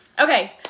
Okay